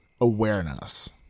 awareness